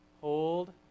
hold